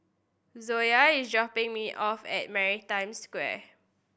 Zoa is dropping me off at Maritime Square